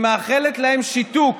היא מאחלת להם שיתוק.